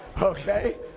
Okay